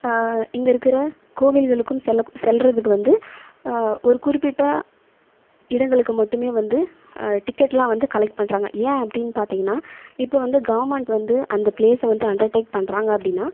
இங்கே இருக்கிற கோவிலுகளுக்கும் செல்லக்கூ செல்கிறதுக்கு வந்து ஒரு குறிப்பிட்ட இடங்களுக்கு மட்டுமே வந்து டிக்கெட்லாம் வந்து கலெக்ட் பண்ணுறாங்க ஏன் அப்படினு பார்த்தீங்கனா இப்போ வந்து கவர்மெண்ட் வந்து அந்த ப்ளேஸை வந்து அன்டெர்ட்கே பண்ணுறாங்க அப்படினா